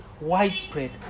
widespread